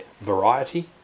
variety